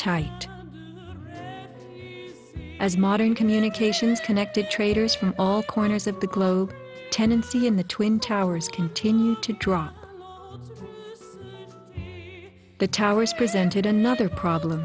tight as modern communications connected traders from all corners of the globe tendency in the twin towers continue to drop the towers presented